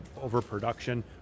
overproduction